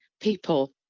people